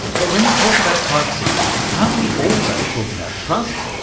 but when we talk about privacy aren't we also talking about trust,